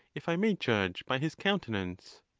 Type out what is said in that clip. if i may judge by his countenance.